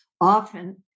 Often